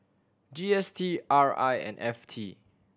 G S T R I and F T